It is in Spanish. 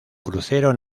crucero